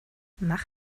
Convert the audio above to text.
mach